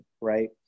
Right